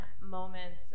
moments